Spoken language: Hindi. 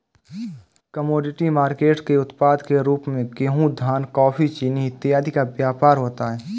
कमोडिटी मार्केट के उत्पाद के रूप में गेहूं धान कॉफी चीनी इत्यादि का व्यापार होता है